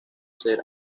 ser